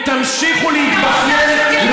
אם תמשיכו להתבכיין,